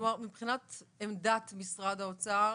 כלומר, מבחינת עמדת משרד האוצר,